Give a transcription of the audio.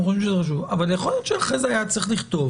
אתם חושבים --- אבל יכול להיות שאחרי זה היה צריך לכתוב